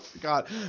God